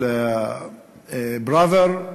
פראוור,